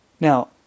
Now